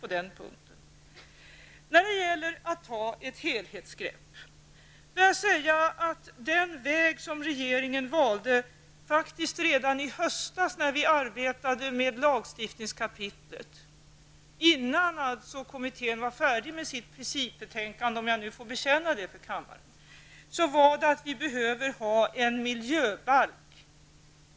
I fråga om att ta ett helhetsgrepp vill jag säga följande: Den väg som regeringen faktiskt redan i höstas valde i samband med arbetet med lagstiftningskapitlet, dvs. innan kommittén var färdig med sitt principbetänkande, om jag nu får bekänna det för kammaren, var att föra all lagstiftning till en miljöbalk.